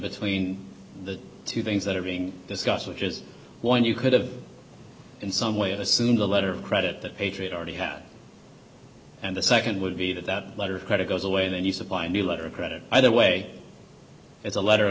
between the two things that are being discussed which is one you could have in some way assume the letter of credit that patriot already had and the nd would be that that letter of credit goes away then you supply a new letter of credit either way it's a letter